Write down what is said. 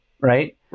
Right